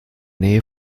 nähe